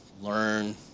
learn